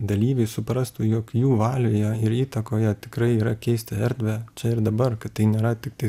dalyviai suprastų jog jų valioje ir įtakoje tikrai yra keisti erdvę čia ir dabar kad tai nėra tiktai